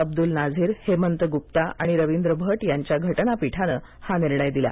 अब्दूल नाझीऱ हेमंत गूप्पा आणि रवींद्र भट यांच्या घटनापीठानं हा निर्णय दिला